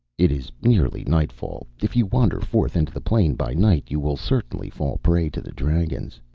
it is nearly nightfall. if you wander forth into the plain by night, you will certainly fall prey to the dragons.